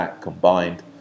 Combined